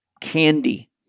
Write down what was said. candy